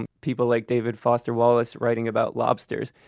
um people like david foster wallace writing about lobsters.